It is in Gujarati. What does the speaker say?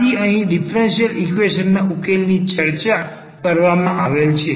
આથી અહીં ડીફરન્સીયલ ઈક્વેશન ના ઉકેલ ની ચર્ચા કરવામાં આવેલ છે